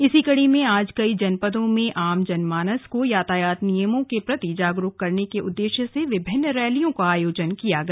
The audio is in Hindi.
इसी कडी में आज कई जनपदों में आम जन मानस को यातायात नियमो के प्रति जागरूक करने के उद्देश्य से विभिन्न रैलियों का आयोजन किया गया